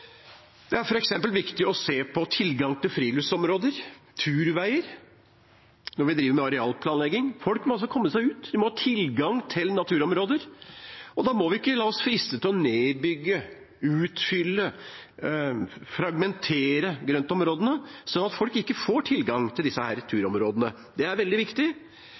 Det er f.eks. viktig å se på tilgang til friluftsområder og turveier når vi driver med arealplanlegging. Folk må altså komme seg ut, de må ha tilgang til naturområder, og da må vi ikke la oss friste til å nedbygge, utfylle, fragmentere grøntområdene, sånn at folk ikke får tilgang til disse turområdene. Det er veldig viktig.